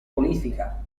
politica